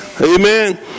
Amen